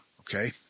okay